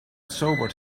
sobered